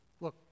Look